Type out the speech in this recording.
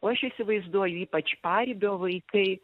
o aš įsivaizduoju ypač paribio vaikai